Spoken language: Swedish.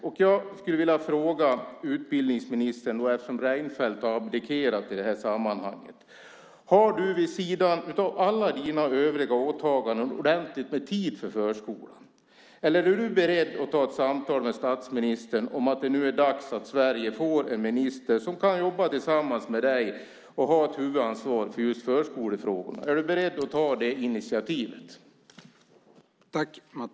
Eftersom Reinfeldt har abdikerat i det här sammanhanget skulle jag vilja fråga utbildningsministern: Har du vid sidan av alla dina övriga åtaganden ordentligt med tid för förskolan, eller är du beredd att ta ett samtal med statsministern om att det nu är dags att Sverige får en minister som kan jobba tillsammans med dig och ha ett huvudansvar för just förskolefrågorna? Är du beredd att ta det initiativet?